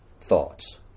thoughts